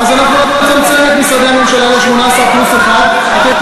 הצעת החוק הזאת, בדלת